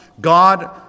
God